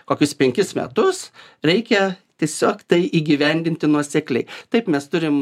kokius penkis metus reikia tiesiog tai įgyvendinti nuosekliai taip mes turim